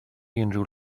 unrhyw